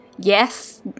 Yes